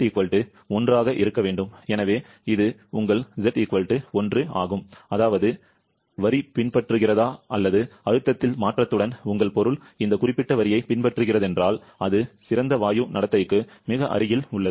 Z 1 ஆக இருக்க வேண்டும் எனவே இது உங்கள் Z 1 ஆகும் அதாவது வரி பின்பற்றுகிறதா அல்லது அழுத்தத்தில் மாற்றத்துடன் உங்கள் பொருள் இந்த குறிப்பிட்ட வரியைப் பின்பற்றுகிறதென்றால் அது சிறந்த வாயு நடத்தைக்கு மிக அருகில் உள்ளது